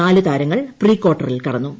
നാലു താരങ്ങൾ പ്രീക്വാർട്ടറിൽ കടന്നു